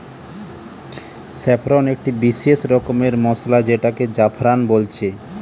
saffron একটি বিসেস রকমের মসলা যেটাকে জাফরান বলছে